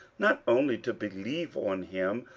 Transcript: not only to believe on him,